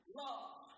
love